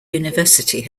university